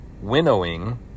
Winnowing